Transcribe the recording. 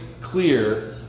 clear